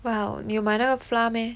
well 你有买那个 flour 咩